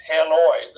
Hanoi